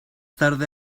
tarde